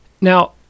Now